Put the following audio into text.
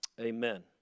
Amen